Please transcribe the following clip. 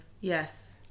Yes